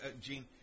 Gene